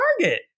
Target